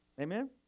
Amen